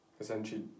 essentially